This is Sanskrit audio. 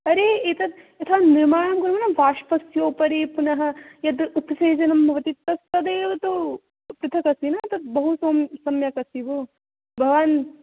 अरे एतत् यथा निर्माणं कुर्मः न वाष्पस्य उपरि पुनः यद् उपसेचनं भवति तद् तदेव तु पृथक् अस्ति न तद् बहुसम् सम्यक् अस्ति भो भवान्